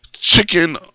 Chicken